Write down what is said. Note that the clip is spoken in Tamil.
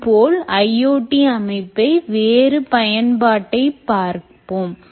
இதேபோல் IoT அமைப்பை வேறு பயன்பாட்டை பார்ப்போம்